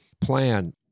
plan